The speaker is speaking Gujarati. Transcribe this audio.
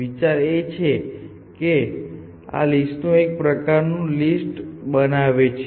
વિચાર એ છે કે આ લિસ્ટ એક પ્રકારનું લિસ્ટ બનાવે છે